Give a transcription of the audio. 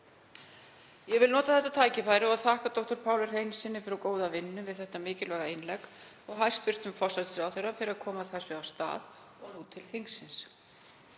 Ég vil nota tækifærið og þakka dr. Páli Hreinssyni fyrir góða vinnu við þetta mikilvæga innlegg og hæstv. forsætisráðherra fyrir að koma þessu af stað og nú til þingsins.